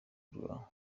rwo